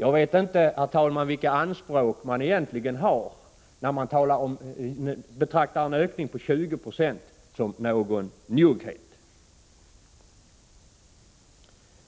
Jag vet inte, herr talman, vilka anspråk man har när man betraktar en ökning på 20 26 som en njugghet.